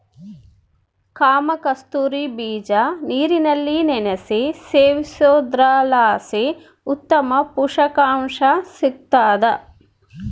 ಕಾಮಕಸ್ತೂರಿ ಬೀಜ ನೀರಿನಲ್ಲಿ ನೆನೆಸಿ ಸೇವಿಸೋದ್ರಲಾಸಿ ಉತ್ತಮ ಪುಷಕಾಂಶ ಸಿಗ್ತಾದ